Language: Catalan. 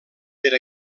per